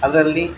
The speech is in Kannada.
ಅದರಲ್ಲಿ